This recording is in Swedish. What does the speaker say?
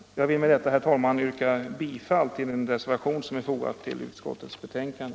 Jag ber med detta, herr talman, att få yrka bifall till den reservation som är fogad till utskottets betänkande.